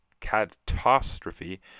catastrophe